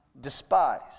despise